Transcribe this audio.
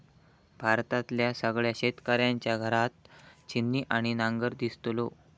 भारतातल्या सगळ्या शेतकऱ्यांच्या घरात छिन्नी आणि नांगर दिसतलो